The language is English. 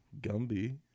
Gumby